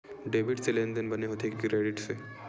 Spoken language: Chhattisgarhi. डेबिट से लेनदेन बने होथे कि क्रेडिट से?